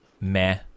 meh